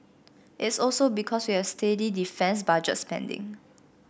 it's also because we have steady defence budget spending